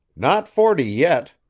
not forty yet.